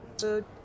food